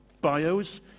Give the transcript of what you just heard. bios